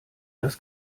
das